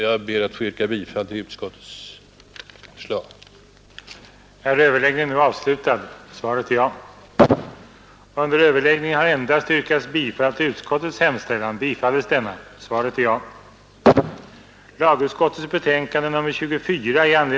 Jag ber att få yrka bifall till utskottets hemställan.